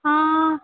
हँ